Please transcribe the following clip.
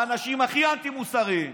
האנשים הכי אנטי-מוסריים.